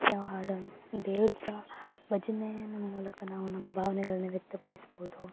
ಯಾವ ಹಾಡನ್ನ ದೇವ್ರ್ದ ಭಜನೆಯನ್ ಮೂಲಕ ನಾವು ನಮ್ಮ ಭಾವ್ನೆಗಳ್ನ ವ್ಯಕ್ತಪಡಿಸ್ಬೋದು